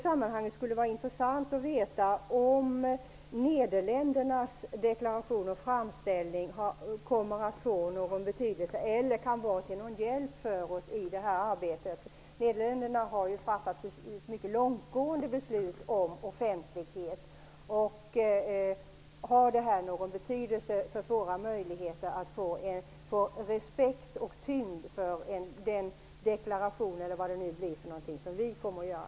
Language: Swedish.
Det vore intressant att få veta om Nederländernas deklaration och framställning kommer att få någon betydelse eller kan vara oss till någon hjälp i detta arbete. Nederländerna har ju fattat mycket långtgående beslut om offentlighet. Har det någon betydelse för våra möjligheter att vinna respekt för den deklaration som vi kommer att göra?